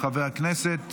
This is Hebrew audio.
חבר הכנסת